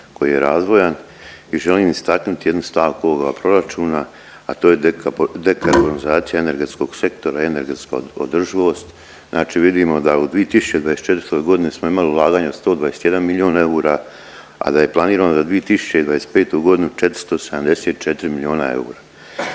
koji je razvojan i želim istaknuti jednu stavku ovoga proračuna, a to je deka… dekarbonizacija energetskog sektora i energetska održivost. Znači vidimo da u 2024. godini smo imali ulaganja od 121 milion eura, a da je planirano za 2025. godinu 474 miliona eura